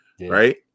right